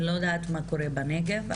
אני לא יודעת מה קורה בנגב,